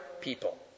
people